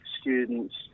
students